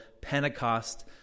Pentecost